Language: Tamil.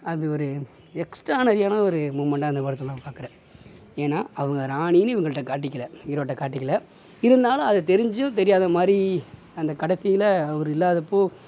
அது ஒரு எக்ஸ்ட்டார்டினரியான ஒரு மொமெண்ட்டாக அந்த படத்தில் நான் பாக்கிறன் ஏன்னா அவங்க ராணின்னு இவங்கள்ட்ட காட்டிக்கலை ஹீரோகிட்ட காட்டிக்கலை இருந்தாலும் அது தெரிஞ்சும் தெரியதமாதிரி அந்த கடைசில அவர் இல்லாதப்போ